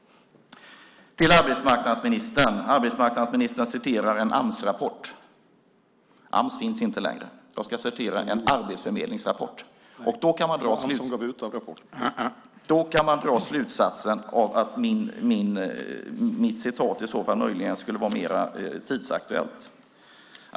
Arbetsmarknadsministern citerar en Amsrapport. Ams finns inte längre. Jag ska citera en arbetsförmedlingsrapport. Av detta man dra slutsatsen att mitt citat möjligen är mer aktuellt.